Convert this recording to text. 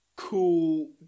cool